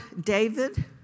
David